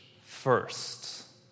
first